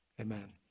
amen